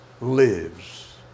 lives